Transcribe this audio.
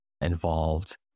involved